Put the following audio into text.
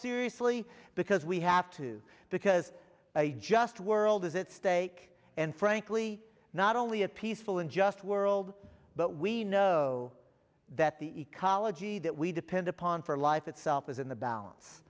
seriously because we have to because a just world is at stake and frankly not only a peaceful and just world but we know that the ecology that we depend upon for life itself is in the balance